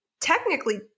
technically